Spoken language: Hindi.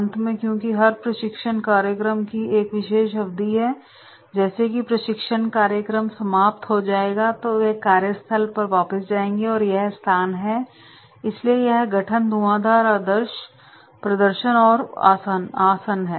अंत में क्योंकि हर प्रशिक्षण कार्यक्रम की एक विशेष अवधि है जैसे ही प्रशिक्षण कार्यक्रम समाप्त हो जाएगा वे कार्यस्थल पर वापस जाएंगे और यह स्थगन है इसलिए यह गठन धुआंदार आदर्श प्रदर्शन और आसन्न है